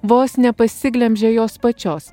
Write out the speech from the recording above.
vos nepasiglemžė jos pačios